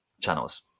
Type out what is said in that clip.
channels